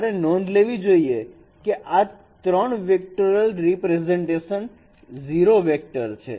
તમારે નોંધ લેવી જોઈએ કે આ 3 વેક્ટેરિયલ રીપ્રેઝન્ટેશન 0 વેક્ટર છે